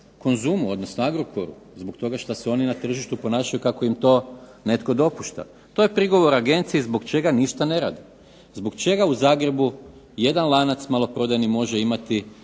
Konzumu ili Agrokoru zbog toga što se oni na tržištu ponašaju kako im to netko dopušta, to je prigovor agenciji zbog čega ništa ne radi. Zbog čega u Zagrebu jedan lanac maloprodajni može imati